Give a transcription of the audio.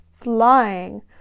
flying